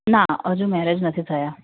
ના હજુ મૅરેજ નથી થયા